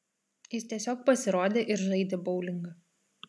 jis tiesiog pasirodė ir žaidė boulingą